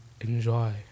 Enjoy